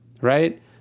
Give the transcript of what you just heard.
right